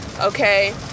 Okay